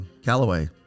Callaway